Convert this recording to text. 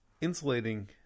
insulating